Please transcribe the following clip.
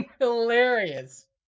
hilarious